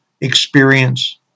experience